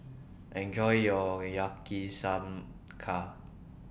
Enjoy your Yakizakana